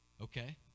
Okay